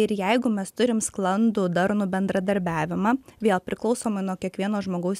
ir jeigu mes turim sklandų darnų bendradarbiavimą vėl priklausomai nuo kiekvieno žmogaus